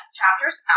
chapters